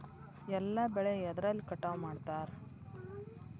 ಎಲ್ಲ ಬೆಳೆ ಎದ್ರಲೆ ಕಟಾವು ಮಾಡ್ತಾರ್?